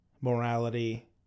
morality